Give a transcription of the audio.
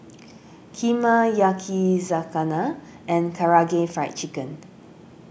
Kheema Yakizakana and Karaage Fried Chicken